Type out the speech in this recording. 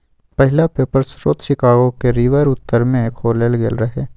पहिला पेपर स्रोत शिकागो के रिवर उत्तर में खोलल गेल रहै